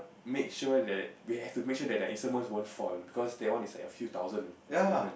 make sure that we have to make sure that their instruments won't fall because that one is like a few thousand instrument